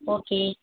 okay